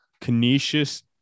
Canisius